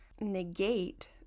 negate